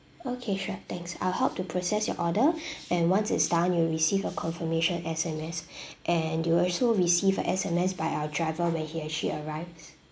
okay sure thanks I'll help to process your order and once it's done you will receive a confirmation S_M_S and you will also receive a S_M_S by our driver where he actually arrives